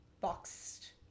boxed